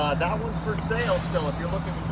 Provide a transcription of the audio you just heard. that one's for sale still. if you're looking